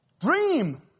Dream